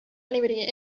anybody